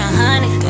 honey